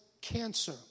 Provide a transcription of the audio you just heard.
cancer